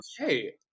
okay